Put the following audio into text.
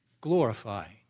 glorifying